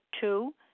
Two